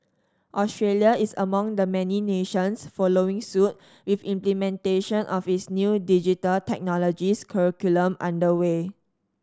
Australia is among the many nations following suit with implementation of its new Digital Technologies curriculum under way